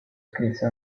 scrisse